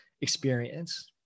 experience